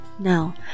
Now